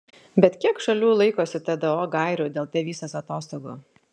bet kiek šalių laikosi tdo gairių dėl tėvystės atostogų